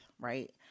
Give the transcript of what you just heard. right